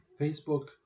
facebook